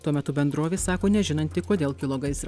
tuo metu bendrovė sako nežinanti kodėl kilo gaisras